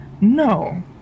no